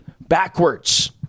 backwards